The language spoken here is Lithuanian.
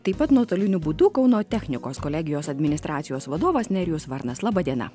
taip pat nuotoliniu būdu kauno technikos kolegijos administracijos vadovas nerijus varnas laba diena